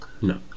no